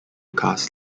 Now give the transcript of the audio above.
cast